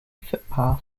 footpath